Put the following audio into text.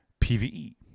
PvE